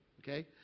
okay